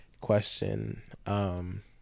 question